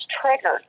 triggered